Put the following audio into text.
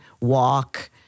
walk